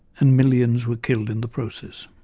and millions were killed in the process.